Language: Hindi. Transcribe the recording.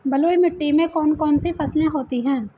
बलुई मिट्टी में कौन कौन सी फसलें होती हैं?